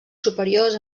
superiors